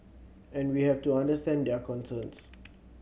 and we have to understand their concerns